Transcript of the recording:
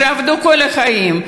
שעבדו כל החיים,